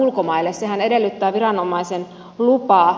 sehän edellyttää viranomaisen lupaa